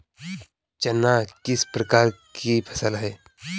चना किस प्रकार की फसल है?